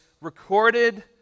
recorded